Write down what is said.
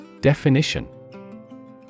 Definition